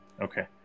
Okay